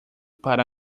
para